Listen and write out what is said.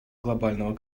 глобального